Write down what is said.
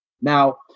Now